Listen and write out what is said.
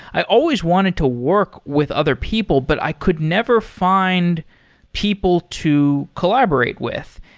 i always wanted to work with other people, but i could never find people to collaborate with.